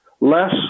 less